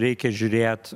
reikia žiūrėt